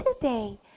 today